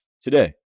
today